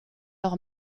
leur